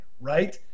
right